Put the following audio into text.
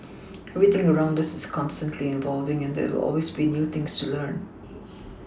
everything around us is constantly evolving and there will always be new things to learn